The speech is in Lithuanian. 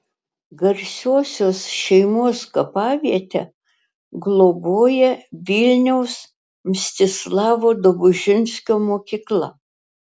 garsiosios šeimos kapavietę globoja vilniaus mstislavo dobužinskio mokykla